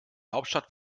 hauptstadt